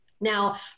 Now